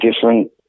different